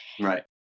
Right